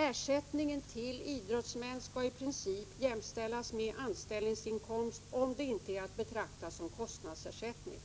Ersättning till idrottsmän skall i princip jämställas med anställningsinkomst, om det inte är att betrakta som kostnadsersättning.